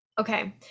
okay